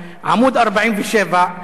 עמוד 47,